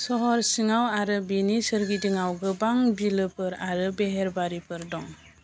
सहर सिङाव आरो बेनि सोरगिदिङाव गोबां बिलोफोर आरो बेहेरबारिफोर दं